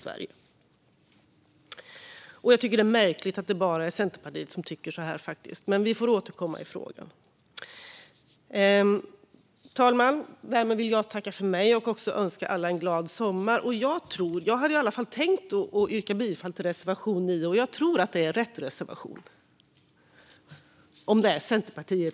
Jag tycker att det är märkligt att det bara är Centerpartiet som tycker så här. Men vi får återkomma i frågan. Fru talman! Jag önskar alla en glad sommar. Jag yrkar bifall till reservation 9 från Centerpartiet.